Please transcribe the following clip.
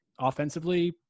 offensively